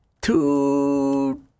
Two